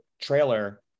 trailer